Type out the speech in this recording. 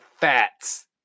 fats